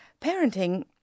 Parenting